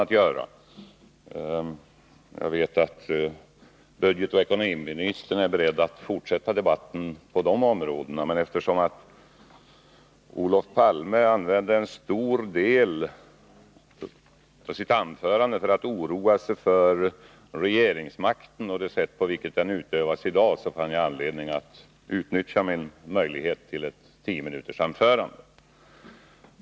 Jag vet att budgetoch ekonomiministern är beredd att fortsätta debatten på de områdena, men eftersom Olof Palme använde en stor del av sitt anförande för att uttrycka sin oro för regeringsmakten och det sätt på vilket den utövas i dag, fann jag anledning att utnyttja min möjlighet att hålla ett tiominutersanförande.